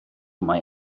mae